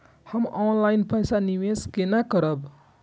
हम ऑनलाइन पैसा निवेश केना करब?